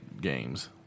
games